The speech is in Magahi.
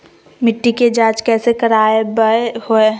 मिट्टी के जांच कैसे करावय है?